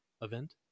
event